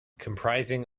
comprising